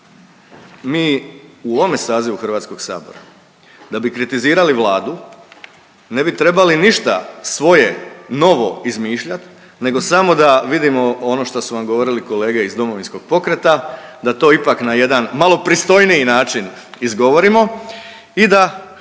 mi u ovome sazivu Hrvatskog sabora, da bi kritizirali vladu ne bi trebali ništa svoje novo izmišljati, nego samo da vidimo ono što su vam govorili kolege iz Domovinskog pokreta da to ipak na jedan malo pristojniji način izgovorimo i da